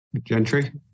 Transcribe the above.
Gentry